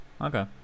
okay